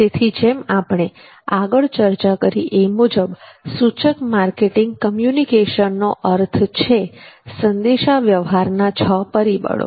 તેથી જેમ આપણે આગળ ચર્ચા કરી એ મુજબ સૂચક માર્કેટિંગ કમ્યુનિકેશનનો અર્થ છે સંદેશાવ્યવહારના છ પરિબળો